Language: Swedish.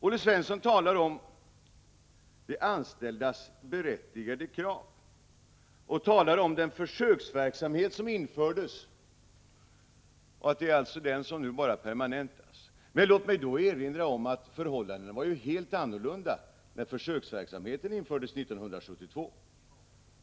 Olle Svensson talar om de anställdas berättigade krav och säger att det är den försöksverksamhet som pågått som skall permanentas. Men låt mig då erinra om att förhållandena var helt annorlunda när försöksverksamheten infördes 1972.